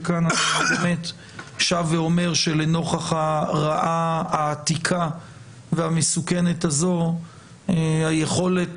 וכאן אני באמת שב ואומר שלנוכח הרעה העתיקה והמסוכנת הזאת היכולת